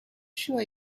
sure